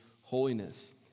holiness